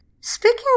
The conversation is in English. Speaking